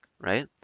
right